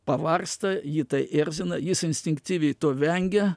pavargsta jį tai erz jis instinktyviai to vengia